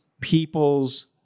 people's